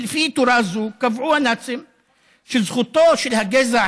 ולפי תורה זו קבעו הנאצים שזכותו של הגזע